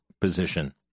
position